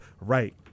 right